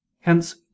hence